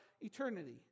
eternity